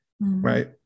Right